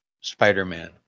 Spider-Man